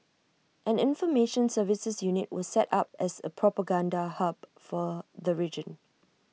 an information services unit was set up as A propaganda hub for the region